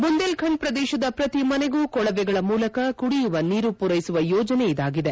ಬುಂದೇಲ್ಖಂಡ್ ಪ್ರದೇಶದ ಪ್ರತಿ ಮನೆಗೂ ಕೊಳವೆಗಳ ಮೂಲಕ ಕುಡಿಯುವ ನೀರು ಮೂರೈಸುವ ಯೋಜನೆ ಇದಾಗಿದೆ